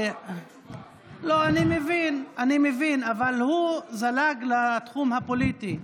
אני מבין, אבל הוא זלג לתחום הפוליטי.